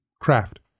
craft